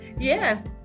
yes